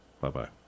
Bye-bye